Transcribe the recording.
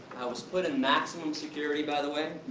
i was put in maximum security by the way.